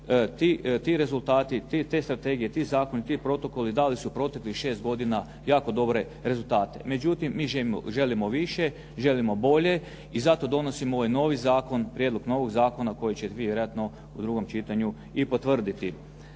ti rezultati, te strategije, ti zakoni, ti protokoli dali su proteklih šest godina jako dobre rezultate. Međutim, mi želimo više, želimo bolje i zato donosimo ovaj novi zakon, prijedlog novog zakona koji će vjerojatno u drugom čitanju i potvrditi.